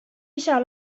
isa